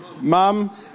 Mum